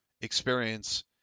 experience